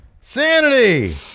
Sanity